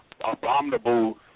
abominable